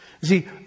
See